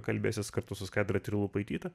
kalbėsis kartu su skaidra trilupaityte